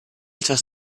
etwas